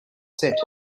set